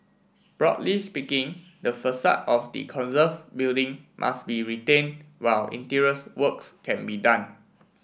broadly speaking the facade of the conserve building must be retained while interiors works can be done